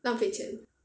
浪费钱